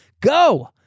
go